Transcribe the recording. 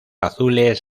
azules